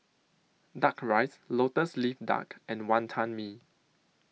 Duck Rice Lotus Leaf Duck and Wantan Mee